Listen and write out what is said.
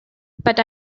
but